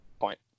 Point